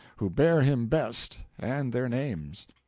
who bare him best, and their names.